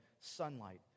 sunlight